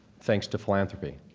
thanks to philanthropy.